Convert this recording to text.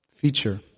feature